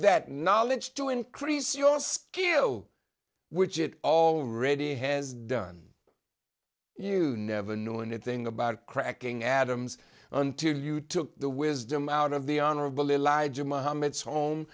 that knowledge to increase your skill which it already has done you never knew anything about cracking adams until you took the wisdom out of the honorable